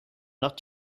not